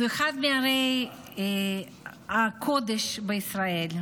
זו אחת מערי הקודש בישראל.